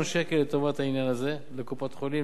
שקל לטובת העניין הזה לקופות-חולים,